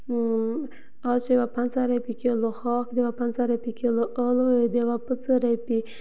آز چھِ یِوان پنٛژاہ رۄپیہِ کِلو ہاکھ دِوان پنٛژاہ رۄپیہِ کِلو ٲلوٕ دِوان پٕنٛژٕ رۄپیہِ